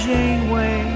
Janeway